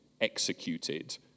executed